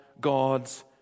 god's